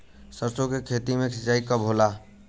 सरसों के खेत मे सिंचाई कब होला?